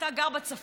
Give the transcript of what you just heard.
אתה גר בצפון,